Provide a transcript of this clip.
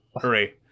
hooray